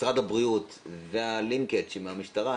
משרד הבריאות והלינקג' עם המשטרה,